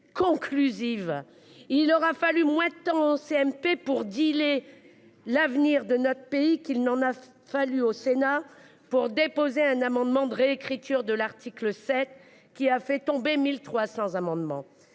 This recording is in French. vous a fallu moins de temps en CMP pour « dealer » l'avenir de notre pays qu'il n'en a fallu au Sénat pour déposer un amendement de réécriture de l'article 7, qui a fait tomber 1 300 amendements.